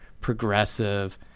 progressive